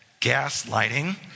Gaslighting